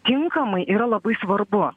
tinkamai yra labai svarbu